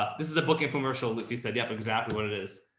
this is a book infomercial with you said yep, exactly what it is.